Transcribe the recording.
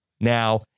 now